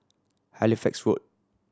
Halifax Road